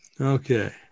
Okay